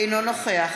אינו נוכח